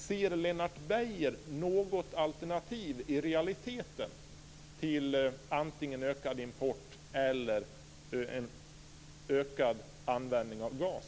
Ser Lennart Beijer något alternativ i realiteten till antingen ökad import eller ökad användning av gas?